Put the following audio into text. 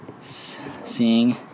Seeing